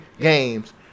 games